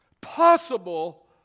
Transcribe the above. Possible